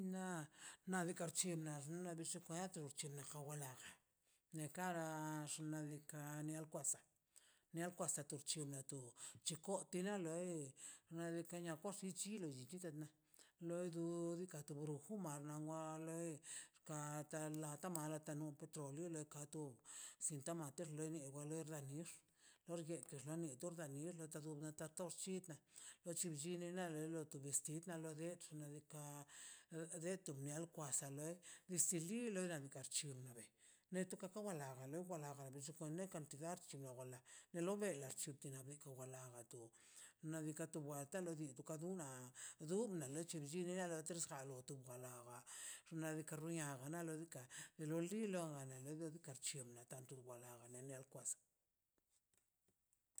Na dikar chela nekara xna' diika' ne nial kwasa nialkwa nulchina na to chulkochi na loi nadika waxi chilo nallina loi di nikatu dujuma no wa lei kata laia kato no petroleo do kato sinta materni wa re lei nix loxguete xoa nix torx da nix oganta toxchi lot la blline na lole tu vestid na lo de xna' diika' de to nial kwa asa loi bisin li loran perchinnabe letto ka karnabe lei ea laba waxin wanle kantidad warchi wawale de lo bela diika na wala wala tu nadika wa tu lodi ka duna durbna la xna' diika' riaga anolobika dilolila a lo chiano tanto walo na kwaskale